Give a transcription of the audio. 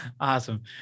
Awesome